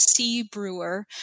cbrewer